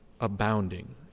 abounding